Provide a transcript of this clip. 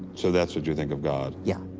so that's what you think of god. yeah.